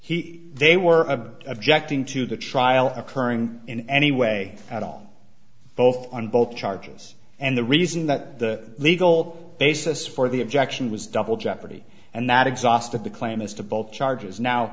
he they were objecting to the trial occurring in any way at all both on both charges and the reason that the legal basis for the objection was double jeopardy and that exhausted the claim as to both charges now